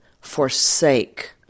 forsake